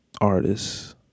artists